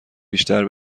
بیشتر